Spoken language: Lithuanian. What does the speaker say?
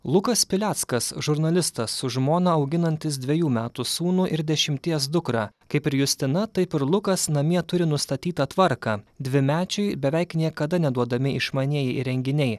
lukas pileckas žurnalistas su žmona auginantis dvejų metų sūnų ir dešimties dukrą kaip ir justina taip ir lukas namie turi nustatytą tvarką dvimečiui beveik niekada neduodami išmanieji įrenginiai